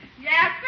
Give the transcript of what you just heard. Yes